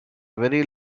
very